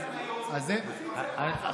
הייתה לי הצעת חוק בעניין הזה.